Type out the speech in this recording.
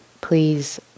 please